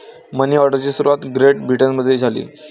मनी ऑर्डरची सुरुवात ग्रेट ब्रिटनमध्ये झाली